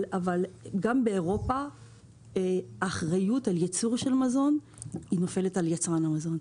גם באירופה האחריות על ייצור מזון נופלת על יצרן המזון.